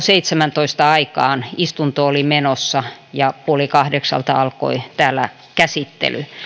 seitsemäntoista aikaan kun istunto oli menossa ja puoli kahdeksalta alkoi käsittely